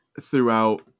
throughout